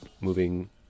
moving